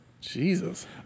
Jesus